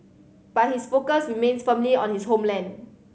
but his focus remains firmly on his homeland